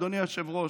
אדוני היושב-ראש,